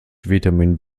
vitamin